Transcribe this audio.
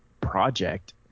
project